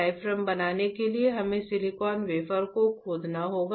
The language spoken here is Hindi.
डायाफ्राम बनाने के लिए हमें सिलिकॉन वेफर को खोदना होगा